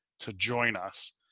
to join us.